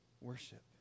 worship